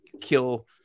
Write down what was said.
kill